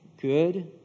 good